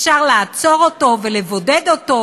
אפשר לעצור אותו ולבודד אותו,